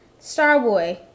Starboy